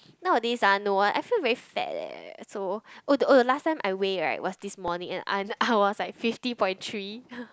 nowadays ah no eh I feel very fat eh so oh the oh the last time I weigh right was this morning and I'm I was like fifty point three